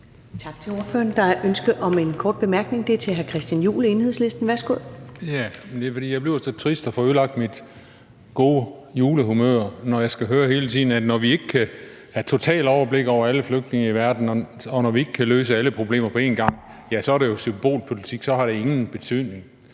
jeg bliver så trist og får ødelagt mit gode julehumør, når jeg hele tiden skal høre, at når vi ikke kan have et totalt overblik over alle flygtninge i verden, når vi ikke kan løse alle problemer på en gang, så er det symbolpolitik, og så har det ingen betydning.